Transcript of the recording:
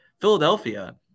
Philadelphia –